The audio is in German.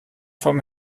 vom